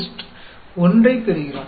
0 ஐப் பெறுகிறோம்